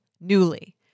newly